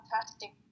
fantastic